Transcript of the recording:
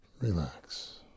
relax